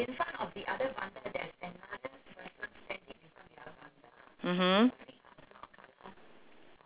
mmhmm